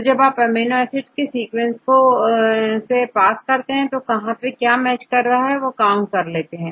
तो जब आप सभी अमीनो एसिड को सीक्वेंस से पास करते हैं तो यह कहां मैच कर रहे हैं आप काउंट कर लेते हैं